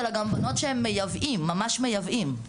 תודה רבה.